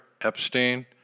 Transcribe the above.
Epstein